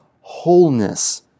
wholeness